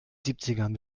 siebzigern